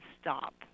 stop